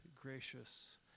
gracious